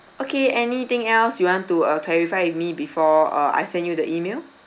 okay anything else you want to uh clarify with me before uh I send you the email